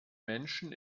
menschen